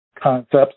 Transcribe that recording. concepts